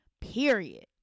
Period